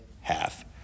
half